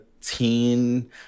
teen